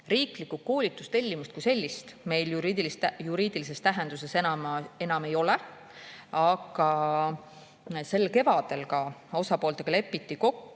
Riiklikku koolitustellimust kui sellist meil juriidilises tähenduses enam ei ole. Aga sel kevadel lepiti osapooltega kokku